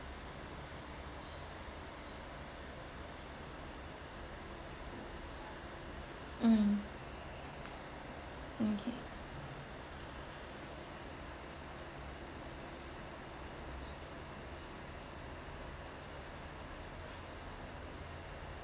um okay